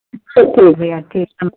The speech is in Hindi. ठीक है भैया ठीक नमस्ते